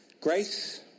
Grace